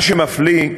מה שמפליא,